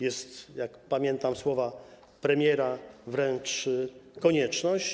Jest, jak pamiętam słowa premiera, wręcz taka konieczność.